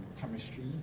chemistry